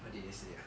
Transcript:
what did they say ah